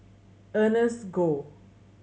Ernest Goh